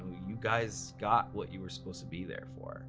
you guys got what you were supposed to be there for